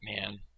Man